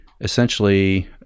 Essentially